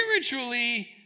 spiritually